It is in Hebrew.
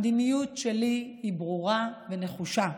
המדיניות שלי ברורה ונחושה: